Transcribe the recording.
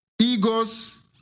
egos